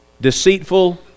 deceitful